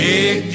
Big